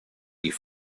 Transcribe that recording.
die